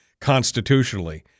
constitutionally